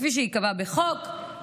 " כפי שייקבע בחוק".